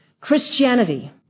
Christianity